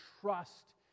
trust